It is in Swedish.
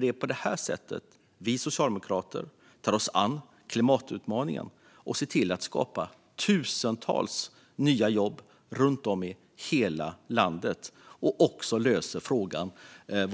Det är på det sättet vi socialdemokrater tar oss an klimatutmaningen och ser till att skapa tusentals nya jobb runt om i hela landet - och även löser frågan om